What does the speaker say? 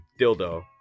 dildo